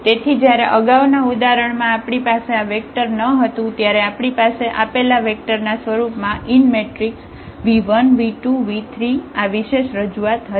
તેથી જયારે આગાઉના ઉદાહરણ માં આપણી પાસે આ વેક્ટર ન હતું ત્યારે આપણી પાસે આપેલા વેક્ટર ના સ્વરૂપમાં v1 v2 v3 આ વિશેષ રજૂઆત હતી